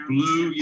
Blue